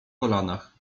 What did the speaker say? kolanach